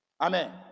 Amen